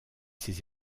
ses